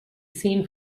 seen